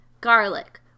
Garlic